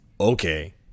okay